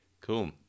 Cool